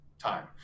time